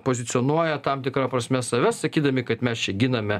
pozicionuoja tam tikra prasme save sakydami kad mes čia giname